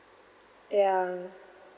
ya